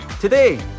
today